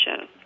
show